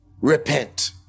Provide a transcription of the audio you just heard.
repent